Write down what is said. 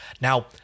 Now